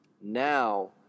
Now